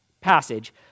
passage